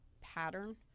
pattern